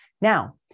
Now